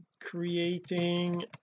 creating